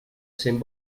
cent